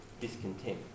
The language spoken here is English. discontent